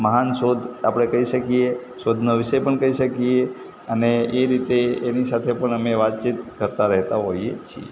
મહાન શોધ આપણે કહી શકીએ શોધનો વિષય પણ કહી શકીએ અને એ રીતે એની સાથે પણ અમે વાતચીત કરતા રહેતા હોઈએ છીએ